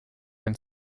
une